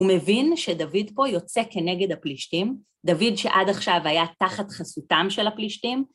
הוא מבין שדוד פה יוצא כנגד הפלישתים, דוד שעד עכשיו היה תחת חסותם של הפלישתים.